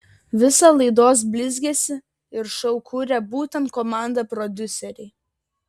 visą laidos blizgesį ir šou kuria būtent komanda prodiuseriai